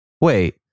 Wait